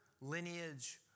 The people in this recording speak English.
lineage